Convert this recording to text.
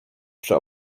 przy